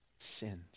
sins